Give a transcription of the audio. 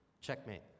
Checkmate